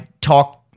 talk